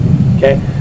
Okay